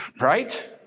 Right